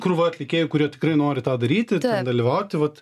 krūva atlikėjų kurie tikrai nori tą daryti dalyvauti vat